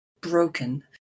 broken